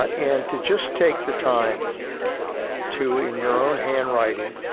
ah and to just take the time to, in your own handwriting,